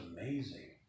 amazing